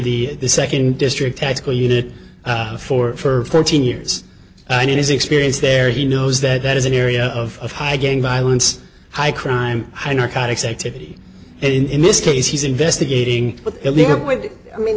to the second district tactical unit for for fourteen years and in his experience there he knows that that is an area of high gang violence high crime high narcotics activity and in this case he's investigating but i